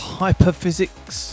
hyperphysics